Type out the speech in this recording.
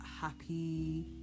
happy